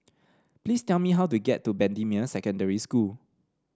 please tell me how to get to Bendemeer Secondary School